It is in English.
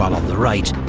on the right,